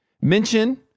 mention